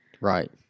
Right